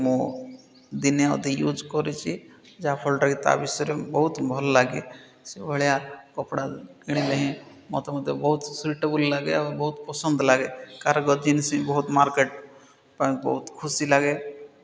ଯୋଉଟାକି ମୁଁ ଦିନେ ଅଧେ ୟୁଜ୍ କରିଛି ଯାହାଫଳଟା କି ତା ବିଷୟରେ ମୁଁ ବହୁତ ଭଲ ଲାଗେ ସେଭଳିଆ କପଡ଼ା କିଣିଲେ ହିଁ ମୋତେ ମୋତେ ବହୁତ ସୁଇଟେବୁଲ୍ ଲାଗେ ଆଉ ବହୁତ ପସନ୍ଦ ଲାଗେ କାର୍ଗୋ ଜିନ୍ସ ହିଁ ବହୁତ ମାର୍କେଟ୍ ପାଇଁ ବହୁତ ଖୁସି ଲାଗେ